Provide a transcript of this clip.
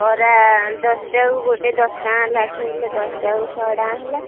ବରା ଦଶ'ଟାକୁ ଗୋଟେ ଦଶ ଟଙ୍କା ଲେଖାଏଁ ହେଲେ ଦଶ'ଟାକୁ ଶହେ ଟଙ୍କା ହେଲା